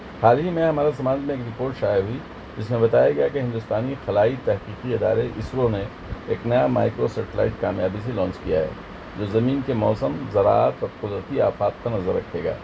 حال ہی میں ہمارا سماج میں ایک رپورٹ شائع ہوئی جس میں بتایا گیا کہ ہندوستانی خلائی تحقیقی ادارے اسرو نے ایک نیا مائیکرو سیٹلائٹ کامیابی سے لانچ کیا ہے جو زمین کے موسم زراعت اور قدرتی آفات پر نظر رکھے گا